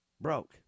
broke